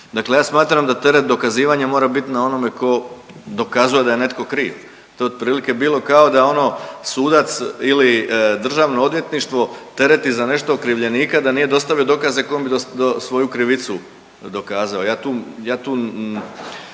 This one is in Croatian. Dakle, ja smatram da teret dokazivanja mora biti na onome tko dokazuje da je netko kriv. To bi otprilike bilo kao da ono sudac ili Državno odvjetništvo tereti za nešto okrivljenika, a da nije dostavio dokaze kojom bi svoju krivicu dokazao. Ja tu,